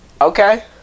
okay